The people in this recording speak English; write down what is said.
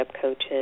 coaches